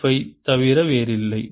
F ஐத் தவிர வேறில்லை